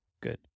Good